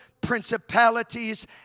principalities